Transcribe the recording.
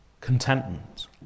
contentment